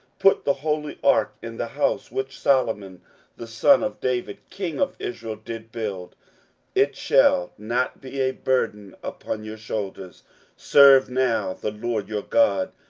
put the holy ark in the house which solomon the son of david king of israel did build it shall not be a burden upon your shoulders serve now the lord your god,